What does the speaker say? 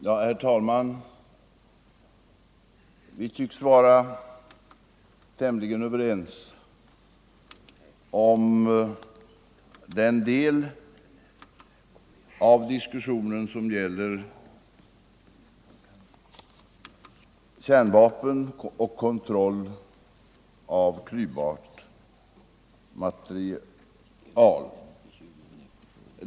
Herr talman! Vi tycks vara tämligen överens om den del av diskussionen som gäller kärnvapen och kontroll av klyvbart material.